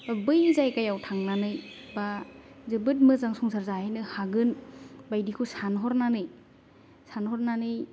बै जायगायाव थांनानै बा जोबोद मोजां संसार जाहैनो हागोन बा बायदिखौ सानहरनानै सानहरनानै